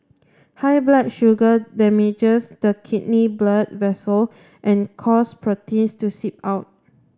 high blood sugar damages the kidney blood vessel and cause protein to seep out